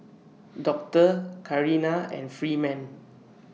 Doctor Carina and Freeman